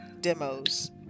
demos